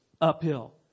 Uphill